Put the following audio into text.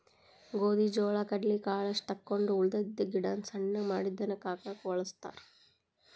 ಗೋದಿ ಜೋಳಾ ಕಡ್ಲಿ ಕಾಳಷ್ಟ ತಕ್ಕೊಂಡ ಉಳದಿದ್ದ ಗಿಡಾನ ಸಣ್ಣಗೆ ಮಾಡಿ ದನಕ್ಕ ಹಾಕಾಕ ವಳಸ್ತಾರ